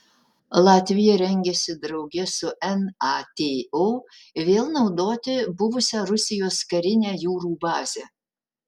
latvija rengiasi drauge su nato vėl naudoti buvusią rusijos karinę jūrų bazę